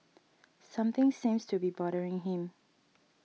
something seems to be bothering him